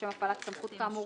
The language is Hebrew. לשם הפעלת הסמכות כאמור,